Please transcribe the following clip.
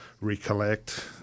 recollect